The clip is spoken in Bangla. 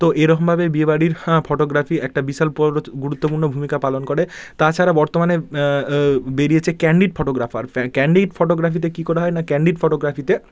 তো এরকমভাবে বিয়ে বাড়ির ফটোগ্রাফি একটা বিশাল পর গুরুত্বপূর্ণ ভূমিকা পালন করে তাছাড়া বর্তমানে বেরিয়েছে ক্যানডিড ফটোগ্রাফার প্যা ক্যানডিড ফটোগ্রাফিতে কী করা হয় না ক্যানডিড ফটোগ্রাফিতে